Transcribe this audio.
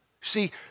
See